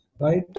right